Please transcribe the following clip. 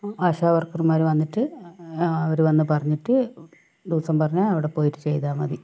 ആശാവർക്കർമാർ വന്നിട്ട് അവർ വന്നു പറഞ്ഞിട്ട് ദിവസം പറഞ്ഞാൽ അവിടെ പോയിട്ട് ചെയ്താൽ മതി